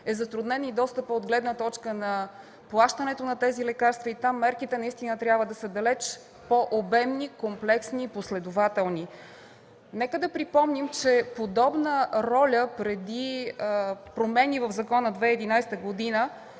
е затруднен и достъпът от гледна точка на плащането на тези лекарства. Там мерките наистина трябва да са далеч по-обемни, комплексни и последователни. Нека да припомним, че подобна роля преди промените в закона през 2011